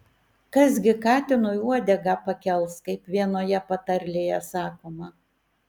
kas gi katinui uodegą pakels kaip vienoje patarlėje sakoma